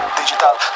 digital